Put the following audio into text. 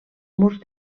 murs